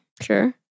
Sure